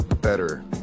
better